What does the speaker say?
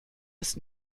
ist